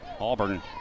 Auburn